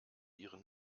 ihre